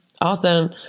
Awesome